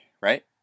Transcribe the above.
right